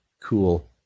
cool